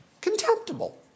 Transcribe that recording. contemptible